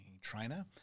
trainer